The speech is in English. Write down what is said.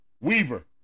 Weaver